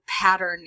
pattern